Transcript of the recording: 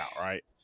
Right